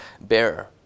bearer